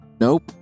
Nope